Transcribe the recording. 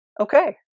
Okay